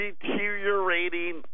deteriorating